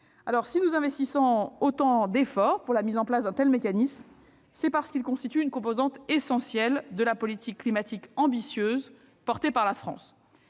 Si nous investissons autant d'efforts dans la mise en oeuvre d'un tel mécanisme, c'est parce que celui-ci constitue une composante essentielle de la politique climatique ambitieuse portée par la France.